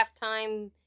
halftime